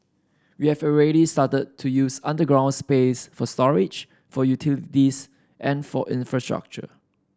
we have already started to use underground space for storage for utilities and for infrastructure